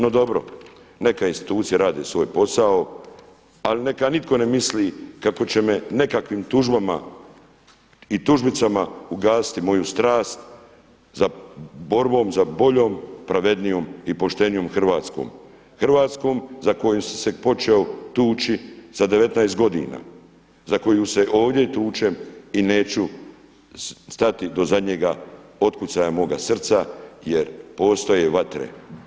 No dobro, neka institucije rade svoj posao ali neka nitko ne misli kako će me nekakvim tužbama i tužbicama ugasiti moju strast za borbom, za boljom, pravednijom i poštenijom Hrvatskom, Hrvatskom za koju sam se počeo tući sa 19 godina, za koju se ovdje tučem i neću stati do zadnjega otkucaja moga srca jer postoje vatre.